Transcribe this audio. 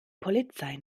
polizei